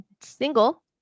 single